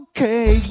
Okay